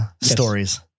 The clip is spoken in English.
Stories